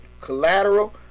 collateral